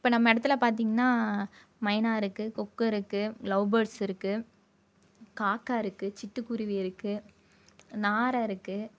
இப்போ நம்ம இடத்துல பார்த்திங்கனா மைனா இருக்குது கொக்கு இருக்குது லவ்பேர்ட்ஸ் இருக்குது காக்கா இருக்கு சிட்டுக் குருவி இருக்குது நாரை இருக்குது